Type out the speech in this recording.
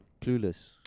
Clueless